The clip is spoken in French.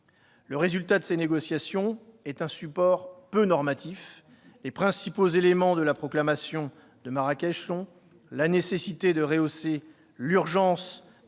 Le résultat de ces négociations est un support peu normatif. Les principaux éléments ressortant de la proclamation sont la nécessité « de rehausser d'urgence